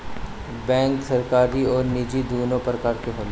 bank सरकारी आ निजी दुनु प्रकार के होला